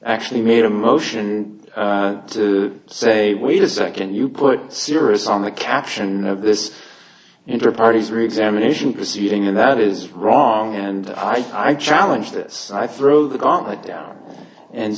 actually made a motion to say wait a second you put serious on the caption of this intraparty is reexamination proceeding and that is wrong and i challenge this i throw the gauntlet down and